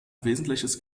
wesentliches